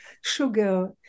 sugar